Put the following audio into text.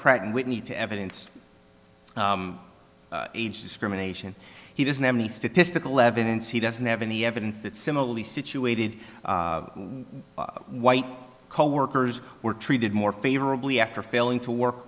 and whitney to evidence age discrimination he doesn't have any statistical evidence he doesn't have any evidence that similarly situated white coworkers were treated more favorably after failing to work